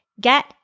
get